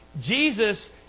Jesus